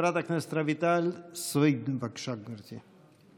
חברת הכנסת רויטל סויד, בבקשה, גברתי.